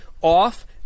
off